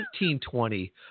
1920